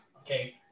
Okay